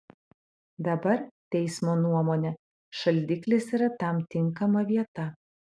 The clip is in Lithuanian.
dabar teismo nuomone šaldiklis yra tam tinkama vieta